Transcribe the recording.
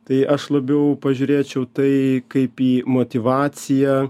tai aš labiau pažiūrėčiau tai kaip į motyvaciją